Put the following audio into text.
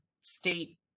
state